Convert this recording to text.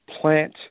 plant